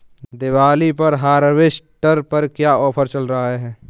दीपावली पर हार्वेस्टर पर क्या ऑफर चल रहा है?